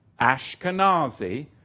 Ashkenazi